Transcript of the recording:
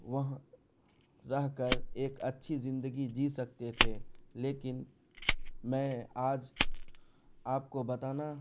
وہاں رہ کر ایک اچھی زندگی جی سکتے تھے لیکن میں آج آپ کو بتانا